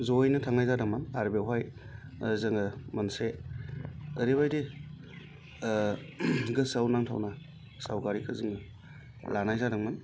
ज'यैनो थांनय जादोंमोन आरो बेवहाय जोङो मोनसे ओरैबादि गोसोयाव नांथावना सावगारिखौ जोङो लानाय जादोंमोन